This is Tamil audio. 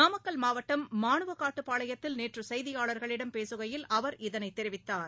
நாமக்கல் மாவட்டம் மானுவகாட்டுப்பாளையத்தில் நேற்றுசெய்தியாளர்களிடம் பேசுகையில் அவர் இதனைத் தெரிவித்தார்